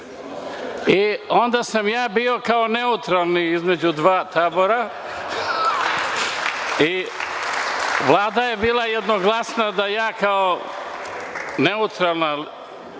Onda sam ja bio kao neutralni između dva tabora i Vlada je bila jednoglasna da ja kao neutralna